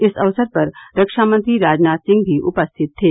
इस अवसर पर रक्षा मंत्री राजनाथ सिंह भी उपस्थित थे